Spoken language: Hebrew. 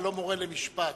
אבל לא מורה למשפט.